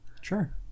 sure